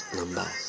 number